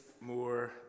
more